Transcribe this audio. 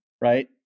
right